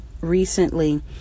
recently